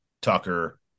Tucker